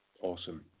Awesome